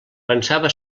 pensava